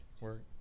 work